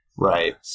Right